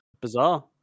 bizarre